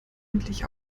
endlich